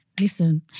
listen